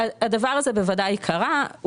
הדבר הזה בוודאי קרה.